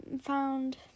found